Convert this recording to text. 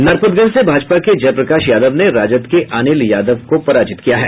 नरपतगंज से भाजपा के जयप्रकाश यादव ने राजद के अनिल यादव को हराया है